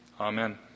Amen